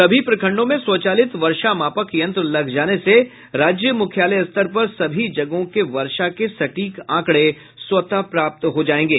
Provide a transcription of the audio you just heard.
सभी प्रखंडों में स्वचालित वर्षामापक यंत्र लग जाने से राज्य मुख्यालय स्तर पर सभी जगहों के वर्षा के सटीक आंकड़े स्वतः प्राप्त हो जाएंगे